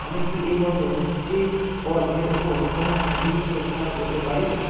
আমি কি এই বছর চিজ পদ এর ওপর কোনও অতিরিক্ত ছাড় পেতে পারি